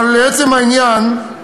אבל לעצם העניין,